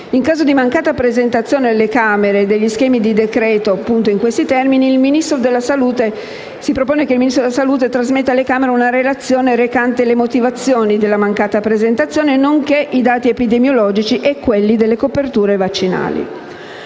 In caso di mancata presentazione alle Camere degli schemi di decreto nei termini di cui al precedente periodo, si propone che il Ministro della salute trasmetta alle Camere una relazione recante le motivazioni della mancata presentazione, nonché i dati epidemiologici e quelli sulle coperture vaccinali.